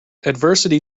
adversity